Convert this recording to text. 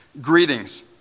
greetings